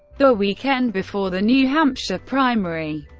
the weekend before the new hampshire primary,